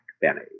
Benny